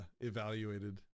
evaluated